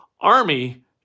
Army